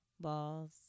balls